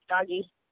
doggy